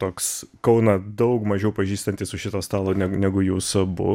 toks kauną daug mažiau pažįstantis už šito stalo neg negu jūs abu